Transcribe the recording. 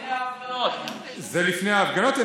זה לפני ההפגנות.